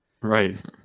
right